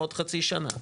או עוד חצי שנה.